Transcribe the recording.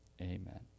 Amen